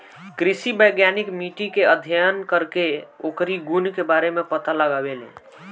कृषि वैज्ञानिक मिट्टी के अध्ययन करके ओकरी गुण के बारे में पता लगावेलें